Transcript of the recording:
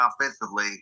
offensively